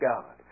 God